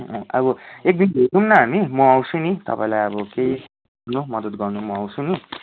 अब एकदिन भेटौँ न हामी म आउँछु नि तपाईँलाई अब केही मदद् गर्न म आउँछु नि